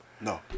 No